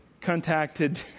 contacted